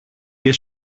και